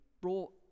brought